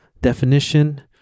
definition